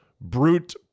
brute